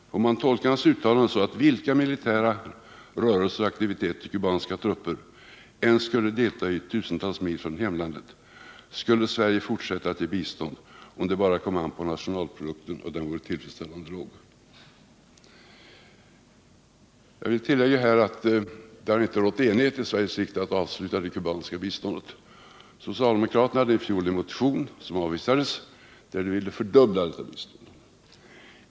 Får man tolka hans uttalande så, att vilka militära rörelser och aktiviteter kubanska trupper än skulle delta i tusentals mil från hemlandet skulle Sverige fortsätta att ge bistånd, om det bara kommer an på nationalprodukten och den vore tillfredsställande låg? Jag vill här tillägga att det i Sveriges riksdag inte har rått enighet om att avsluta det kubanska biståndet. Socialdemokraterna väckte i fjol en motion, som avvisades, i vilken de krävde att detta bistånd skulle fördubblas.